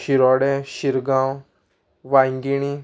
Shiroda Shirgaon Vaingini